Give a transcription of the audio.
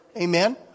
Amen